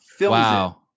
wow